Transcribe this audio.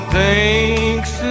thinks